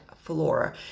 flora